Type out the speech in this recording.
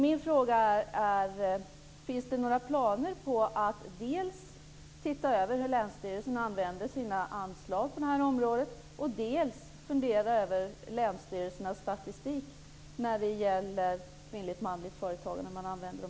Min fråga är: Finns det några planer på att dels se över hur länsstyrelsen använder sina anslag på det här området, dels fundera över länsstyrelsernas statistik när det gäller kvinnligt-manligt företagande?